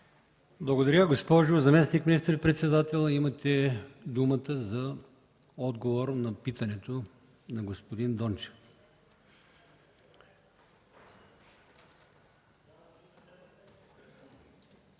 Благодаря. Госпожо заместник министър-председател, имате думата за отговор на питането на господин Дончев.